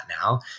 now